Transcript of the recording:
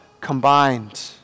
combined